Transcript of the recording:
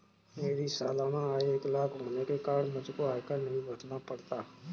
मेरी सालाना आय एक लाख होने के कारण मुझको आयकर नहीं भरना पड़ता